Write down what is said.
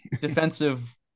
defensive